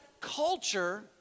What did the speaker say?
culture